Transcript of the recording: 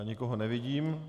Nikoho nevidím.